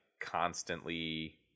constantly